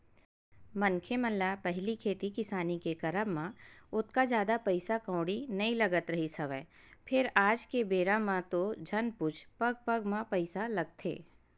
मनखे मन ल पहिली खेती किसानी के करब म ओतका जादा पइसा कउड़ी नइ लगत रिहिस हवय फेर आज के बेरा म तो झन पुछ पग पग म पइसा लगथे